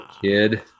kid